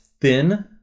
thin